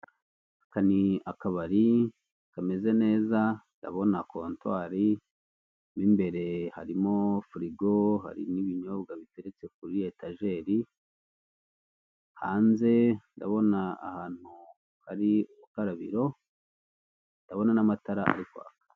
Aka ni akabari kameze neza ndabona kontwari mo imbere harimo firigo hari n'ibinyobwa bitetse kuri etajeri, hanze ndabona ahantu hari urukarabiro ndabona n'amatara ari kwaka.